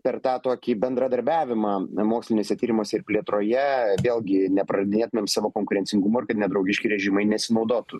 per tą tokį bendradarbiavimą moksliniuose tyrimuose ir plėtroje vėlgi nepradėtumėm savo konkurencingumo ir kad nedraugiški režimai nesinaudotų